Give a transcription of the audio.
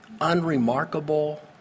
unremarkable